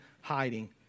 hiding